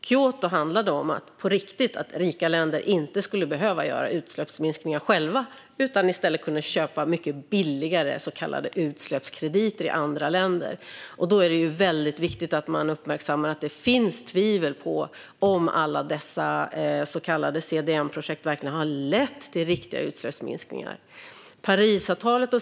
Kyotoprotokollet handlade på riktigt om att rika länder inte skulle behöva göra utsläppsminskningar själva utan i stället kunna köpa mycket billigare så kallade utsläppskrediter i andra länder. Det är viktigt att uppmärksamma att det finns tvivel på om alla dessa så kallade CDM-projekt verkligen har lett till riktiga utsläppsminskningar.